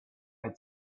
had